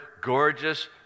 gorgeous